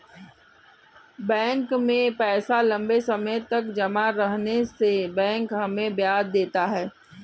bank में पैसा लम्बे समय तक जमा रहने से बैंक हमें ब्याज देता है